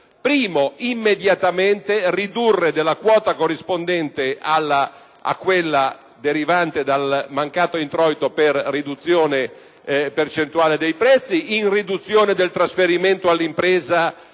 applicare una riduzione della quota corrispondente a quella derivante dal mancato introito per riduzione percentuale dei prezzi in riduzione del trasferimento all’impresa